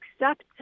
accept